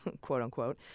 quote-unquote